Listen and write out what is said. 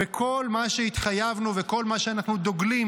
וכל מה שהתחייבנו וכל מה שאנחנו דוגלים